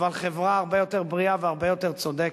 אבל חברה הרבה יותר בריאה והרבה יותר צודקת.